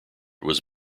was